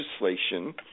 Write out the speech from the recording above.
Legislation